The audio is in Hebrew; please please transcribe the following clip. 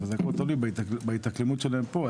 אבל זה הכל תלוי בהתאקלמות שלהם פה.